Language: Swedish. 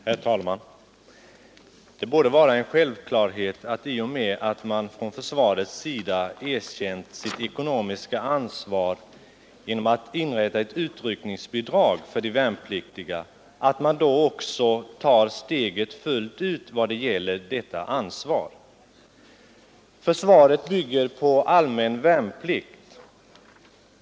Herr talman! Det borde vara en självklarhet att man, i och med att försvarsutskottet erkänt sitt ekonomiska ansvar genom att föreslå ett höjt utryckningsbidrag för de värnpliktiga, tar steget fullt ut i vad gäller detta ansvar. Försvaret bygger på allmän värnplikt.